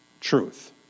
truth